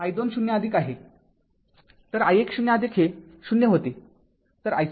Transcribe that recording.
तर ic 0 i२ 0 हे ०